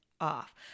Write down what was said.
off